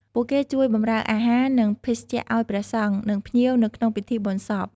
ពួកគេជួយបម្រើអាហារ និងភេសជ្ជៈឲ្យព្រះសង្ឃ និងភ្ញៀវនៅក្នុងពិធីបុណ្យសព។